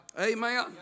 amen